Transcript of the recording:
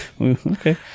okay